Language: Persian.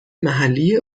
محلی